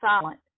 silent